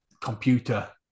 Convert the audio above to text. computer